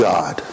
God